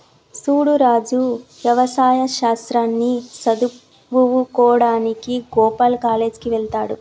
సూడు రాజు యవసాయ శాస్త్రాన్ని సదువువుకోడానికి గోపాల్ కాలేజ్ కి వెళ్త్లాడు